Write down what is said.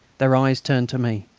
their eyes turned to me,